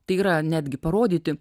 tai yra netgi parodyti